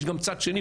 יש גם צד שני,